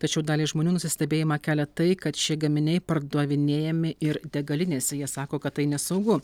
tačiau daliai žmonių nusistebėjimą kelia tai kad šie gaminiai pardavinėjami ir degalinėse jie sako kad tai nesaugu